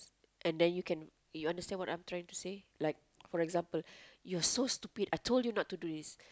and then you can you want to say what I'm trying to say like for example you're so stupid I told you not to do this